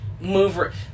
move